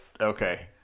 Okay